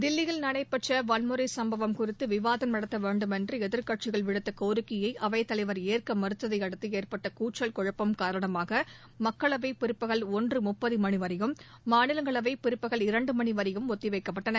தில்லியில் நடைபெற்ற வன்முறை சம்பவம் குறித்து விவாதம் நடத்த வேண்டுமென்று எதிர்க்கட்சிகள் விடுத்த கோரிக்கையை அவைத்தலைவர் ஏற்க மறுத்ததை அடுத்து ஏற்பட்ட கூச்சல் குழப்பம் காரணமாக மக்களவை பிற்பகல் ஒரு மணி வரையும் மாநிலங்களவை பிற்பகல் இரண்டு மணி வரையும் ஒத்தி வைக்கப்பட்டன